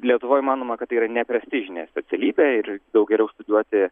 lietuvoj manoma kad tai yra neprestižinė specialybė ir daug geriau studijuoti